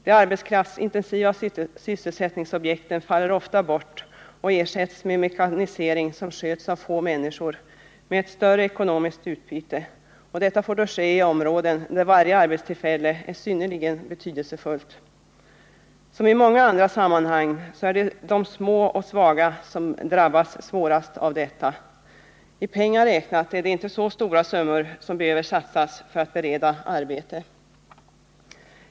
De arbetskraftsintensiva sysselsättningsobjekten faller ofta bort och ersätts med mekanisering som sköts av få människor, med ett större ekonomiskt utbyte, och detta får då ske i områden där varje arbetstillfälle är synnerligen betydelsefullt. Som i många andra sammanhang är det de små och svaga som drabbas svårast av detta. I pengar räknat är det inte så stora summor som behöver satsas för att bereda arbeten.